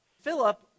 Philip